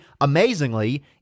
amazingly